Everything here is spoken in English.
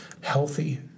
healthy